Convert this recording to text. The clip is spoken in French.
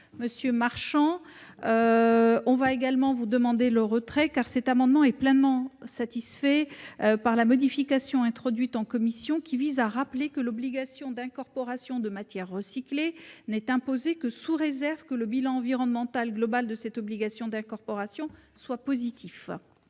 je leur demande de bien vouloir le retirer. L'amendement n° 579 est pleinement satisfait par la modification introduite en commission qui vise à rappeler que l'obligation d'incorporation de matière recyclée n'est imposée que sous réserve que le bilan environnemental global de cette obligation d'incorporation soit positif.